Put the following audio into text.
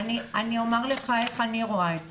אני אומר לך איך אני רואה את זה.